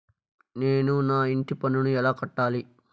నేను నా ఇంటి పన్నును ఎలా కట్టాలి?